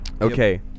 Okay